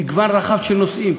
מגוון רחב של נושאים.